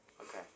okay